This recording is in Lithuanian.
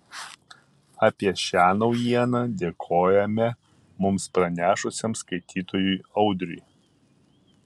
apie šią naujieną dėkojame mums pranešusiam skaitytojui audriui